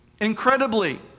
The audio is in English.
Incredibly